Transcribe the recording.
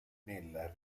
nella